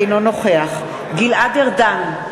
אינו נוכח גלעד ארדן,